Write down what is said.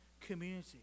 community